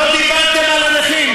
לא דיברתם על הנכים.